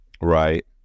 Right